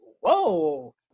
whoa